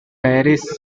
parish